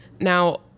Now